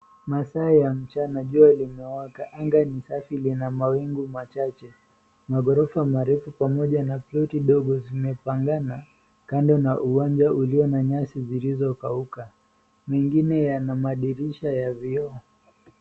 Masaa ya mchana. Jua limewaka. Anga ni safi. Lina mawingu machache, maghorofa marefu pamoja na plot ndogo zimepangana kando na uwanja ulio na nyasi zilizokauka. Mengine yana madirisha ya vioo.